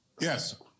Yes